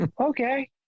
okay